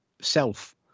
self